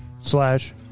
slash